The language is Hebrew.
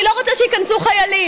אני לא רוצה שייכנסו חיילים.